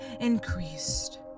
increased